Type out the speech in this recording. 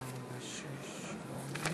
24 בעד, 36 נגד.